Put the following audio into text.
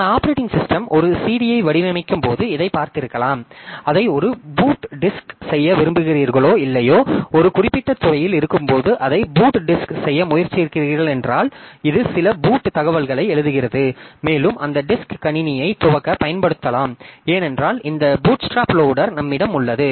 பல operating system ஒரு CD வடிவமைக்கும்போது இதை பார்த்திருக்கலாம் அதை ஒரு பூட் டிஸ்க் செய்ய விரும்புகிறீர்களோ இல்லையோ ஒரு குறிப்பிட்ட துறையில் இருக்கும்போது அதை பூட் டிஸ்க் செய்ய முயற்சிக்கிறீர்கள் என்றால் இது சில பூட் தகவல்களை எழுதுகிறது மேலும் அந்த டிஸ்க் கணினியை துவக்க பயன்படுத்தலாம் ஏனென்றால் இந்த பூட்ஸ்ட்ராப் லோடர் நம்மிடம் உள்ளது